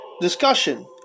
discussion